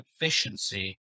efficiency